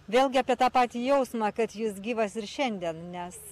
vėlgi apie tą patį jausmą kad jis gyvas ir šiandien nes